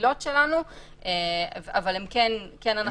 הרגילות שלנו אבל אנחנו רוצים אותם בפנים וזה בחוק.